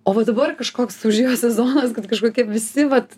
o va dabar kažkoks užėjo sezonas kažkokie visi vat